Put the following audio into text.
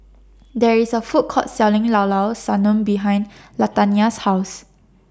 There IS A Food Court Selling Llao Llao Sanum behind Latanya's House